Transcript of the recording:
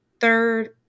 third